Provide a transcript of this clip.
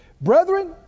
Brethren